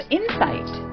insight